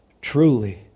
Truly